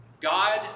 God